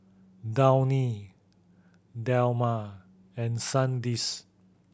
Downy Dilmah and Sandisk